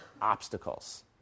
obstacles